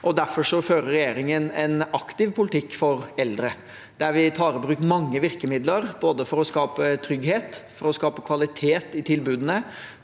Derfor fører regjeringen en aktiv politikk for eldre, der vi tar i bruk mange virkemidler både for å skape trygghet, for å skape kvalitet i tilbudene